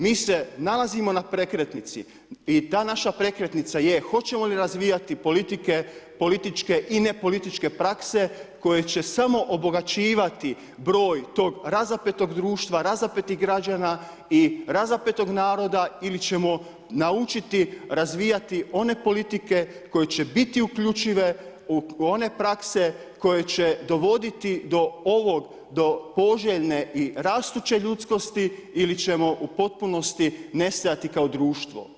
Mi se nalazimo na prekretnici i ta naša prekretnica je hoćemo li razvijati politike, političke i nepolitičke prakse koje će samo obogaćivati broj tog razapetog društva, razapetih građana i razapetog naroda ili ćemo naučiti razvijati one politike koje će biti uključive u one prakse koje će dovoditi do ovog, do poželjne i rastuće ljudskosti ili ćemo u potpunosti nestajati kao društvo.